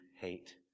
hate